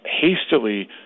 hastily